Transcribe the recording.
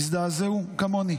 הזדעזעו כמוני.